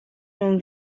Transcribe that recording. non